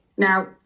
Now